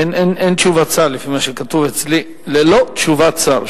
אין תשובת שר, לפי מה שכתוב אצלי: ללא תשובת שר.